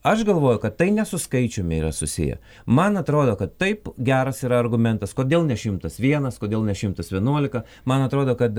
aš galvoju kad tai ne su skaičiumi yra susiję man atrodo kad taip geras yra argumentas kodėl ne šimtas vienas kodėl ne šimtas vienuolika man atrodo kad